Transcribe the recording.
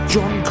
John